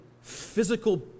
physical